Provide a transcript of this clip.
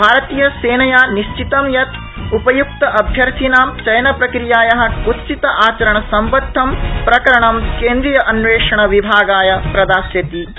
भारतीय सेनया निश्चितं यत् उपयुक्त अभ्यर्थीनां चयनप्रक्रियाया कृत्सित आचरणसम्बद्ध प्रकरणं केन्द्रिय अन्वेषणविभागाय प्रदास्यति इति